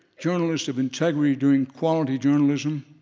journalists of integrity doing quality journalism,